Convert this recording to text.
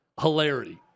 hilarity